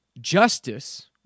justice